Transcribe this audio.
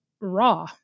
raw